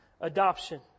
adoption